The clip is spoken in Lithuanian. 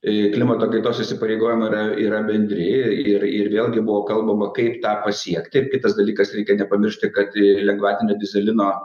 į klimato kaitos įsipareigojimai yra yra bendri ir ir vėlgi buvo kalbama kaip tą pasiekti ir kitas dalykas reikia nepamiršti kad į lengvatinio dyzelino